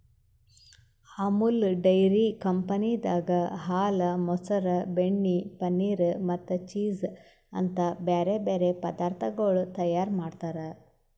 Amul dairy ಕಂಪನಿದಾಗ್ ಹಾಲ, ಮೊಸರ, ಬೆಣ್ಣೆ, ಪನೀರ್ ಮತ್ತ ಚೀಸ್ ಅಂತ್ ಬ್ಯಾರೆ ಬ್ಯಾರೆ ಪದಾರ್ಥಗೊಳ್ ತೈಯಾರ್ ಮಾಡ್ತಾರ್